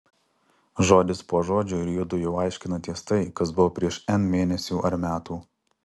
žodis po žodžio ir judu jau aiškinatės tai kas buvo prieš n mėnesių ar metų